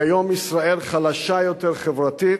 היא היום ישראל חלשה יותר חברתית,